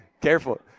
Careful